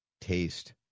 Taste